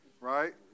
right